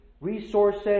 resources